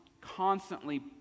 constantly